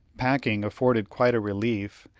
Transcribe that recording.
packing afforded quite a relief,